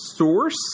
Source